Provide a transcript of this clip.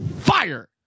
fire